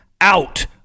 out